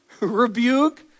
rebuke